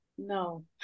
no